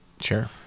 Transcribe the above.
Sure